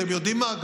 אתם יודעים מה?